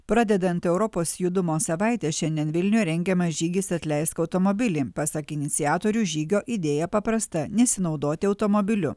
pradedant europos judumo savaitę šiandien vilniuje rengiamas žygis atleisk automobilį pasak iniciatorių žygio idėja paprasta nesinaudoti automobiliu